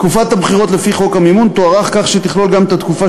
תקופת הבחירות לפי חוק המימון תוארך כך שהיא תכלול גם את התקופה